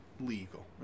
legal